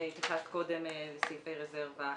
התייחסת קודם לסעיפי רזרבה.